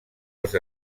els